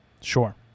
Sure